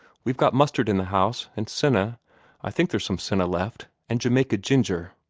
we've got mustard in the house, and senna i think there's some senna left and jamaica ginger.